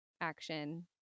action